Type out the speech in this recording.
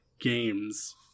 games